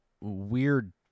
Weird